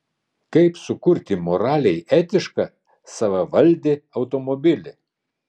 kaip sukurti moraliai etišką savavaldį automobilį